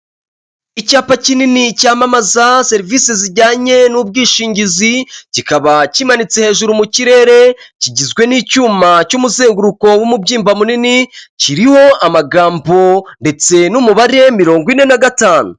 Icyapa kinini cyamamaza serivisi zijyanye n'ubwishingizi, kikaba kimanitse hejuru mu kirere, kigizwe n'icyuma cy'umuzenguruko w'umubyimba munini kiriho amagambo ndetse n'umubare mirongo ine na gatanu.